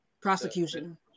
Prosecution